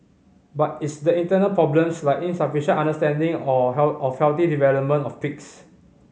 but it's the internal problems like insufficient understanding or of health development of pigs